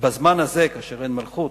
"בזמן הזה" כאשר אין מלכות,